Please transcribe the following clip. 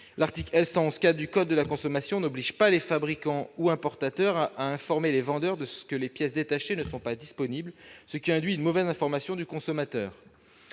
l'article L.111-4 du code de la consommation n'oblige pas les fabricants ou importateurs à informer les vendeurs que les pièces détachées ne sont pas disponibles, ce qui induit une mauvaise information du consommateur.